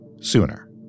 sooner